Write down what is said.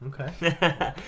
Okay